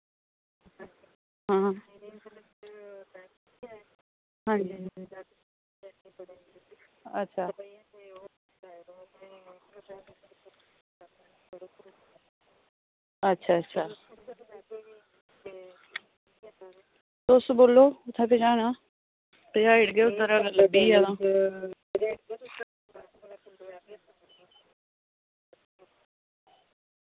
हां हां जी अच्छाअच्छा अच्छा इस बेल्ले कुत्थें पज़ाना ते अगर लब्भी गेआ तां